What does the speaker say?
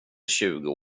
tjugo